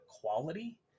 quality